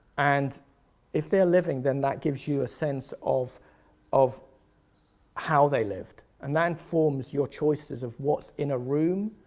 and if they're living, then that gives you a sense of of how they lived. and that informs your choices of what's in a room,